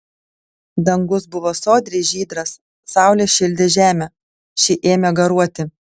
dangus buvo sodriai žydras saulė šildė žemę ši ėmė garuoti